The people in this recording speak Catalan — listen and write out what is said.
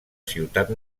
ciutat